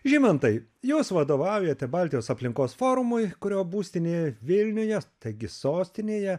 žymantai jūs vadovaujate baltijos aplinkos forumui kurio būstinė vilniuje taigi sostinėje